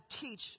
teach